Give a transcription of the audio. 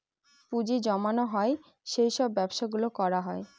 পুঁজি জমানো হয় সেই সব ব্যবসা গুলো করা হয়